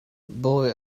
bawi